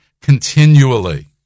continually